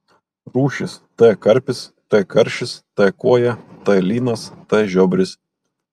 rūšys t karpis t karšis t kuoja t lynas t žiobris